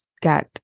got